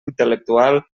intel·lectual